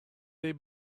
they